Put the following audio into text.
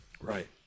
Right